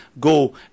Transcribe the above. go